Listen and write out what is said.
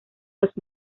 los